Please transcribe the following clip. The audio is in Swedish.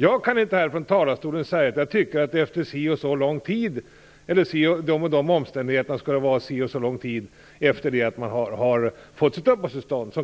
Jag kan inte här från talarstolen säga att jag tycker att si eller så lång tid efter uppehållstillståndet under de eller de omständigheterna